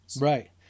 Right